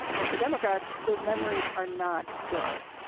and for democrats, those memories are not good.